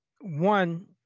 one